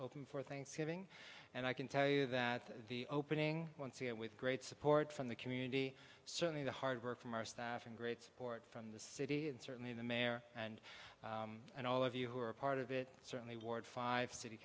open for thanksgiving and i can tell you that the opening once again with great support from the community certainly the hard work from our staff and great support from the city and certainly the mayor and and all of you who are a part of it certainly ward five city